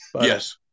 Yes